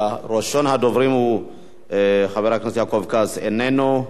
ראשון הדוברים הוא חבר הכנסת יעקב כץ, איננו.